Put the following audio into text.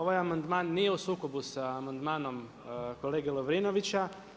Ovaj amandman nije u sukobu sa amandmanom kolege Lovrinovića.